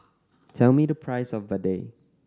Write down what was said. tell me the price of vadai